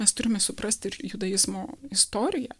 mes turime suprasti ir judaizmo istoriją